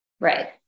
right